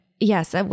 yes